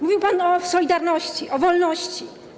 Mówił pan o solidarności, o wolności.